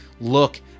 look